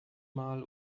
mal